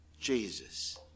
Jesus